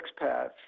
expats